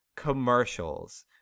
Commercials